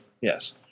yes